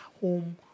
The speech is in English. home